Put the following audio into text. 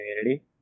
community